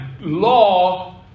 law